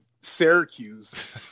Syracuse